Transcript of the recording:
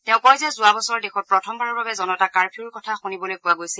তেওঁ কয় যে যোৱা বছৰ দেশত প্ৰথমবাৰৰ বাবে জনতা কাৰফিউৰ কথা শুনিবলৈ পোৱা গৈছিল